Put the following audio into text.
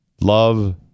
Love